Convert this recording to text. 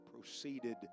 proceeded